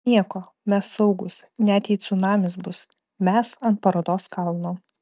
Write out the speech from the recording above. nieko mes saugūs net jei cunamis bus mes ant parodos kalno